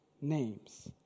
Names